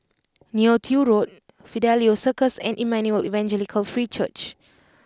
Neo Tiew Road Fidelio Circus and Emmanuel Evangelical Free Church